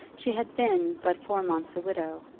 she had been but four months a widow,